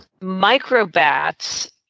Microbats